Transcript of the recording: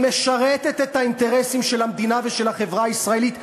היא משרתת את האינטרסים של המדינה ושל החברה הישראלית.